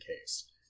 case